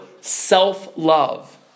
self-love